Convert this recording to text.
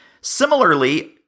Similarly